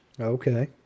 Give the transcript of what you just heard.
Okay